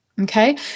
Okay